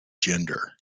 gender